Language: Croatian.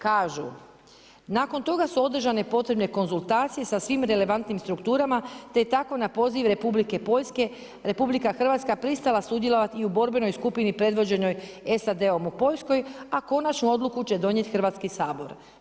Kažu, nakon toga su održane potrebne konzultacije sa svim relevantnim strukturama, te je tako na poziv Republike Poljske Republika Hrvatska pristala sudjelovati i u borbenoj skupini predvođenoj SAD-om u Poljskoj, a konačnu odluku će donijeti Hrvatski sabor.